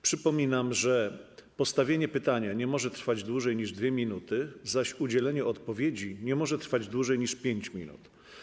Przypominam, że postawienie pytania nie może trwać dłużej niż 2 minuty, zaś udzielenie odpowiedzi nie może trwać dłużej niż 5 minut.